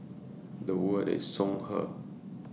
The Would IS Songhe